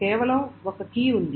కేవలం ఒక కీ ఉంది